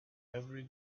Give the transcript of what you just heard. every